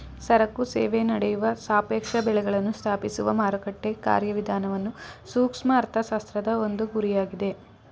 ಸರಕು ಸೇವೆ ನಡೆಯುವ ಸಾಪೇಕ್ಷ ಬೆಳೆಗಳನ್ನು ಸ್ಥಾಪಿಸುವ ಮಾರುಕಟ್ಟೆ ಕಾರ್ಯವಿಧಾನವನ್ನು ಸೂಕ್ಷ್ಮ ಅರ್ಥಶಾಸ್ತ್ರದ ಒಂದು ಗುರಿಯಾಗಿದೆ